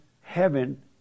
heaven